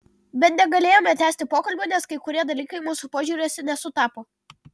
bet negalėjome tęsti pokalbių nes kai kurie dalykai mūsų požiūriuose nesutapo